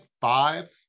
five